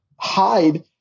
hide